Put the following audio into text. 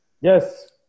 Yes